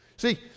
See